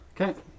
Okay